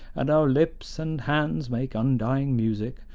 and our lips and hands make undying music,